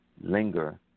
linger